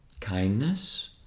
kindness